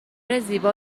زیبا